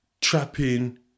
trapping